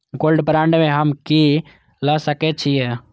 Gold bond में हम की ल सकै छियै?